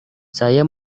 saya